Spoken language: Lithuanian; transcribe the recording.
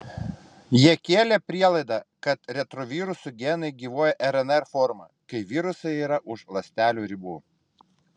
jie kėlė prielaidą kad retrovirusų genai gyvuoja rnr forma kai virusai yra už ląstelių ribų